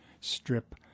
strip